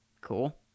cool